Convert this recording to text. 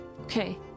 Okay